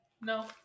No